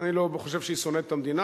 אני לא חושב שהיא שונאת את המדינה.